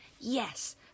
yes